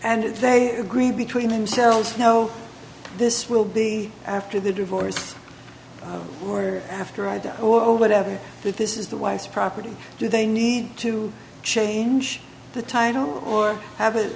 and if they agree between themselves no this will be after the divorce or after i die or whatever that this is the wife's property do they need to change the title or hav